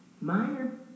minor